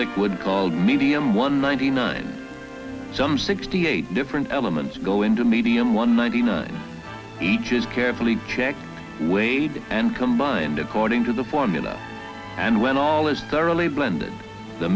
liquid called medium one ninety nine some sixty eight different elements go into medium one ninety nine each is carefully checked weighed and combined according to the formula and when all is thoroughly blended the